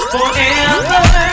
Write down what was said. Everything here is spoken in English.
Forever